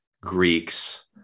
Greeks